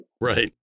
Right